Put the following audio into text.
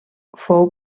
fou